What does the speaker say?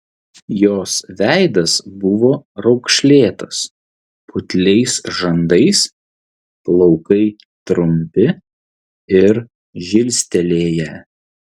jos veidas buvo raukšlėtas putliais žandais plaukai trumpi ir žilstelėję